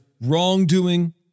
wrongdoing